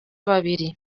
babiri